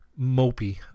mopey